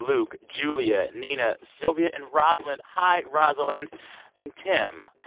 luke, julia, nina, sylvia and rosalind hi, rosalind and tim.